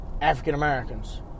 African-Americans